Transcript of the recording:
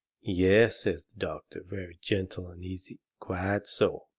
yes, says the doctor, very gentle and easy. quite so!